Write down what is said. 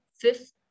fifth